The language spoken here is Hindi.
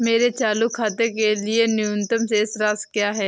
मेरे चालू खाते के लिए न्यूनतम शेष राशि क्या है?